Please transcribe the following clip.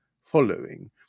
following